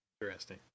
Interesting